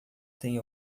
tem